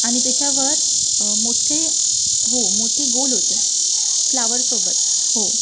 आणि त्याच्यावर मोठे हो मोठी गोल होते फ्लावरसोबत हो